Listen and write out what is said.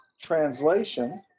translation